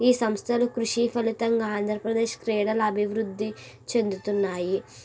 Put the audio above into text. ఈ సంస్థలు కృషి ఫలితంగా ఆంధ్రప్రదేశ్ క్రీడలు అభివృద్ధి చెందుతున్నాయి